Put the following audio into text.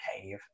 cave